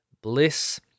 Bliss